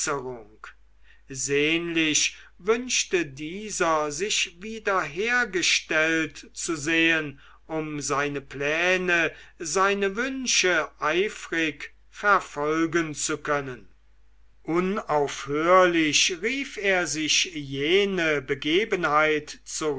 sehnlich wünschte dieser sich wiederhergestellt zu sehen um seine pläne seine wünsche eifrig verfolgen zu können unaufhörlich rief er sich jene begebenheit